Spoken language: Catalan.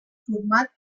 format